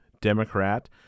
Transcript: Democrat